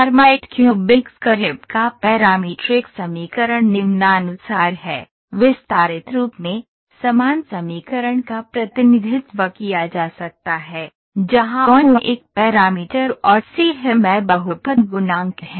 Hermite cubic spline का parametric समीकरण निम्नानुसार है विस्तारित रूप में समान समीकरण का प्रतिनिधित्व किया जा सकता है जहाँ u एक पैरामीटर और C हैमैं बहुपद गुणांक हैं